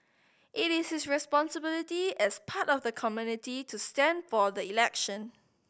it is his responsibility as part of the community to stand for the election